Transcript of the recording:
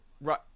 right